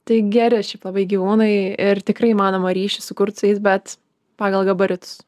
tai geri šiaip labai gyvūnai ir tikrai įmanoma ryšį sukurt su jais bet pagal gabaritus